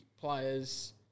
players